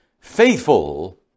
Faithful